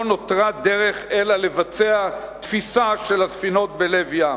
לא נותרה דרך אלא תפיסה של הספינות בלב ים.